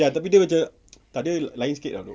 ya tapi dia macam tak dia lain sikit ah bro